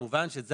יש תקנות אחרות,